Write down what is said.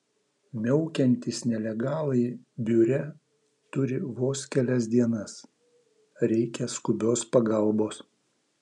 miaukiantys nelegalai biure turi vos kelias dienas reikia skubios pagalbos